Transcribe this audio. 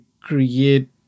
create